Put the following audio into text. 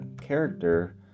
character